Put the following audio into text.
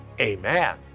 amen